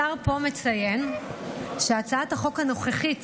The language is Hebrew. השר מציין פה שהצעת החוק הנוכחית,